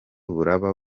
buraba